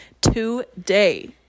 today